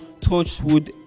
Torchwood